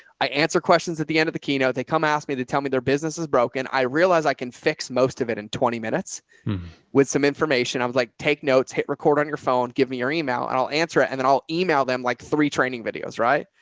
i answer questions at the end of the keynote, they come ask me to tell me their businesses broken. i realized i can fix most of it in twenty minutes with some information, i was like, take notes, hit record on your phone, give me your email and i'll answer it. and then i'll email them like three training videos, right.